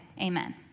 amen